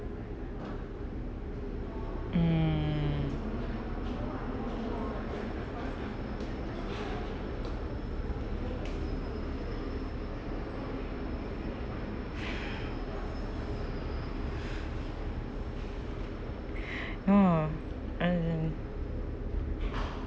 mm oh as in